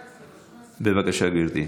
בבקשה, גברתי.